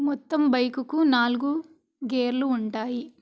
మొత్తం బైకుకు నాలుగు గేర్లు ఉంటాయి